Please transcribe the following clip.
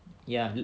ya in